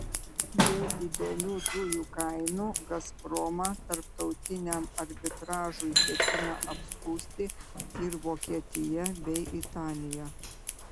dėl didelių dujų kainų gazpromą tarptautiniam arbitražui ketina apskųsti ir vokietija bei italija